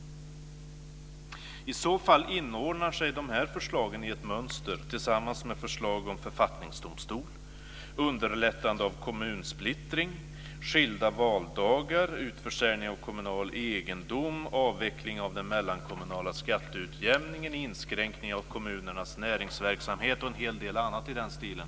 I så fall inordnar sig de här förslagen i ett mönster tillsammans med förslag om författningsdomstol, underlättande av kommunsplittring, skilda valdagar, utförsäljning av kommunal egendom, avveckling av den mellankommunala skatteutjämningen, inskränkning av kommunernas näringsverksamhet och en hel del annat i den stilen.